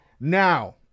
Now